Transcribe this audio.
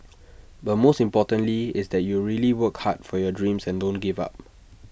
but most importantly is that you really work hard for your dreams and don't give up